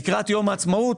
לקראת יום העצמאות